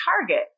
target